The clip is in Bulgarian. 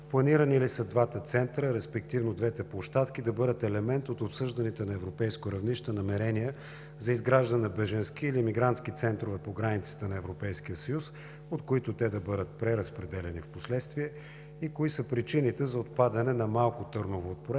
Планирани ли са двата центъра, респективно двете площадки, да бъдат елемент от обсъжданите на европейско равнище намерения за изграждане на бежански или емигрантски центрове по границите на Европейския съюз, от които те да бъдат преразпределени впоследствие? Кои са причините за отпадането на Малко Търново от